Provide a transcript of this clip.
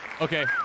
Okay